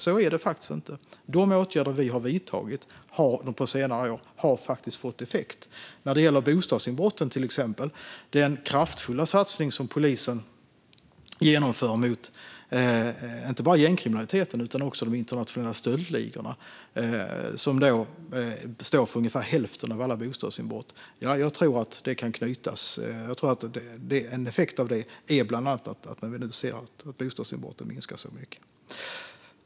Så är det faktiskt inte. De åtgärder vi har vidtagit på senare år har faktiskt fått effekt. När det till exempel gäller bostadsinbrotten genomför polisen en kraftfull satsning inte bara mot gängkriminaliteten utan också mot de internationella stöldligorna, som står för ungefär hälften av alla bostadsinbrott. Jag tror att detta kan knytas samman. Jag tror att en effekt av detta bland annat är att vi kan se att bostadsinbrotten minskar kraftigt.